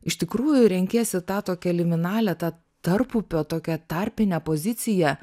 iš tikrųjų renkiesi tą tokią liminalią tą tarpupio tokią tarpinę poziciją